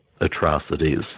atrocities